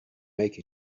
make